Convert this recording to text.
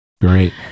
Great